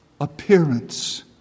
appearance